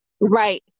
Right